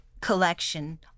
collection